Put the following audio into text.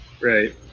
Right